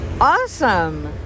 awesome